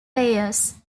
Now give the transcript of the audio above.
layers